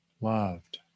loved